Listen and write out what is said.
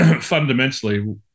fundamentally